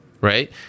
right